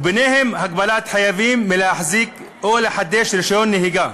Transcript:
וביניהן הגבלת חייבים מלהחזיק או לחדש רישיון נהיגה.